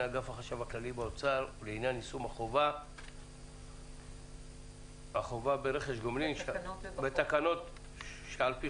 אגף החשב הכללי באוצר לעניין יישום החובה בתקנות שעל-פי